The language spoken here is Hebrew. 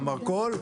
במרכול,